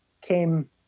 came